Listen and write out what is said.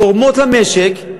תורמות למשק,